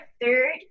third